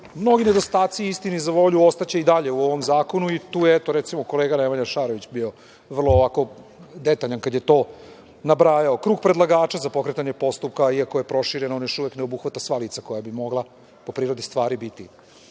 Mnogi nedostaci, istini za volju ostaće i dalje u ovom zakonu i tu, eto, kolega Nemanja Šarović je bio detaljan kada je to nabrajao. Krug predlagača za pokretanje postupka iako je proširen on još uvek ne obuhvata sva lica koja bi mogla po prirodi stvari biti